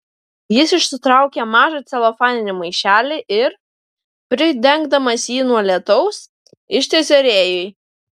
jis išsitraukė mažą celofaninį maišelį ir pridengdamas jį nuo lietaus ištiesė rėjui